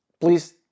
please